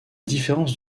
différences